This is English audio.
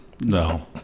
No